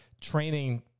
training